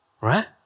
Right